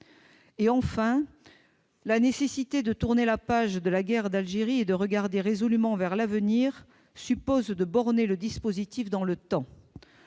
Enfin, la nécessité de tourner la page de la guerre d'Algérie et de regarder résolument vers l'avenir suppose de borner le dispositif dans le temps.